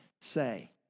say